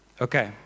Okay